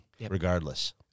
regardless